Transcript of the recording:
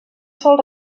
sol